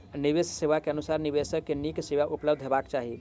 निवेश सेवा के अनुसार निवेशक के नीक सेवा उपलब्ध हेबाक चाही